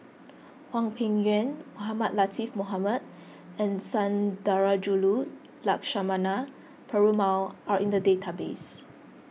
Hwang Peng Yuan Mohamed Latiff Mohamed and Sundarajulu Lakshmana Perumal are in the database